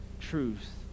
truth